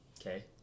Okay